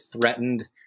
threatened